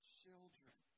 children